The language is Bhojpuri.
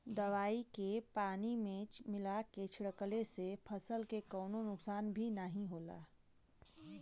दवाई के पानी में मिला के छिड़कले से फसल के कवनो नुकसान भी नाहीं होला